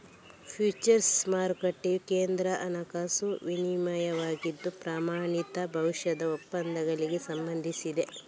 futures ಮಾರುಕಟ್ಟೆಯು ಕೇಂದ್ರ ಹಣಕಾಸು ವಿನಿಮಯವಾಗಿದ್ದು, ಪ್ರಮಾಣಿತ ಭವಿಷ್ಯದ ಒಪ್ಪಂದಗಳಿಗೆ ಸಂಬಂಧಿಸಿದೆ